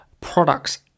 Products